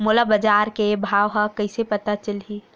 मोला बजार के भाव ह कइसे पता चलही?